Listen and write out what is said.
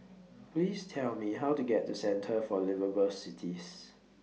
Please Tell Me How to get to Centre For Liveable Cities